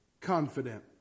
confident